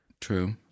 True